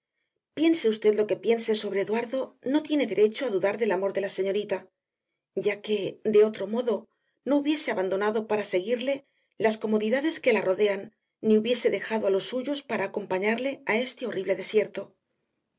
piense usted lo que piense sobre eduardo no tiene derecho a dudar del amor de la señorita ya que de otro modo no hubiese abandonado para seguirle las comodidades que la rodean ni hubiese dejado a los suyos para acompañarle a este horrible desierto